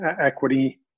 equity